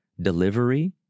delivery